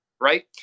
right